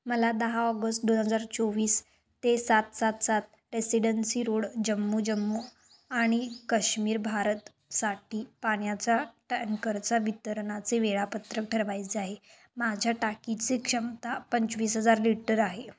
मला दहा ऑगस्ट दोन हजार चोवीस ते सात सात सात रेसिडेन्सी रोड जम्मू जम्मू आणि काश्मीर भारतसाठी पाण्याचा टँकरचा वितरणाचे वेळापत्रक ठरवायचे आहे माझ्या टाकीची क्षमता पंचवीस हजार लिटर आहे